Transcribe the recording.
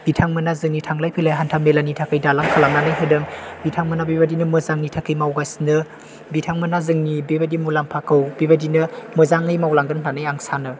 बिथांमोना जोंनि थाखाय थांलाय फैलाय हान्थामेलानि थाखाय दालां खालामनानै होदों बिथांमोना बेबायदिनो मोजांनि थाखाय मावगासिनो बिथांमोना जोंनि बेबायदि मुलाम्फाखौ मोजाङै मावलांगोन होननानै आं सानो